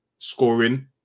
Scoring